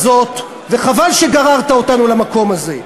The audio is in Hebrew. וחבל שגררת אותנו למקום הזה.